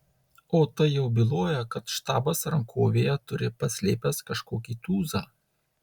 o tai jau byloja kad štabas rankovėje turi paslėpęs kažkokį tūzą